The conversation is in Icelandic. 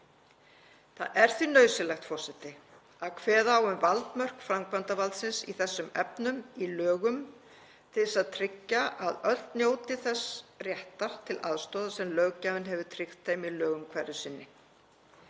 Það er því nauðsynlegt, forseti, að kveða á um valdmörk framkvæmdarvaldsins í þessum efnum í lögum, til þess að tryggja að öll njóti þess réttar til aðstoðar sem löggjafinn hefur tryggt þeim í lögum hverju sinni.